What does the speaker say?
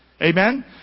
Amen